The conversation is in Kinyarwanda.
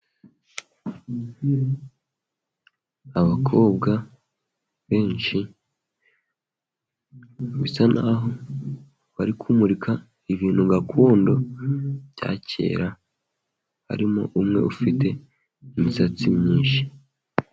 Abakobwa benshi bisa naho bari kumurika ibintu gakondo bya kera, harimo umwe ufite imisatsi myinshi.